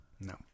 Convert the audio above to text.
No